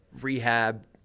rehab